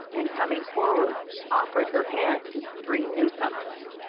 and coming forward offered her hand to the three newcomers.